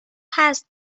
هست